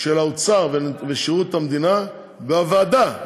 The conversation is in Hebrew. של האוצר ושירות המדינה בוועדה.